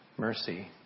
Mercy